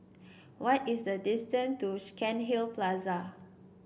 what is the distance to Cairnhill Plaza